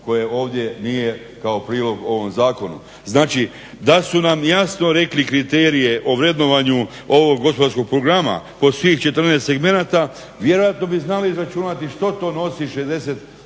koje ovdje nije kao prilog ovom zakonu. Znači, da su nam jasno rekli kriterije o vrednovanju ovog gospodarskog programa po svih 14 segmenata vjerojatno bi znali izračunati što to nosi 60